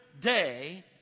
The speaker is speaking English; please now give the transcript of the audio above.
day